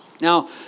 Now